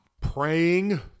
Praying